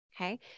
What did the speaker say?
okay